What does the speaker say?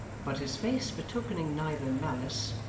but his face betokening neither malice,